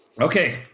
Okay